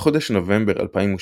בחודש נובמבר 2018,